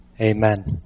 amen